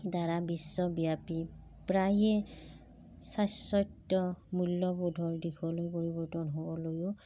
দ্বাৰা বিশ্বব্যাপী প্ৰায়ে স্বাসত্য মূল্যবোধৰ দিশলৈ পৰিৱৰ্তন হ'বলৈয়ো